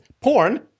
porn